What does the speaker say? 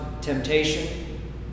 temptation